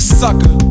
sucker